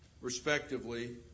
respectively